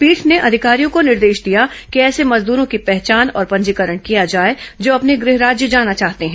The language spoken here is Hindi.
पीठ ने अधिकारियों को निर्देश दिया कि ऐसे मजदूरों की पहचान और पंजीकरण किया जाए जो अपने गृह राज्य जाना चाहते हैं